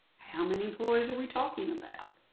how many employees are we talking about?